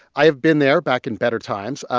i have been there back in better times.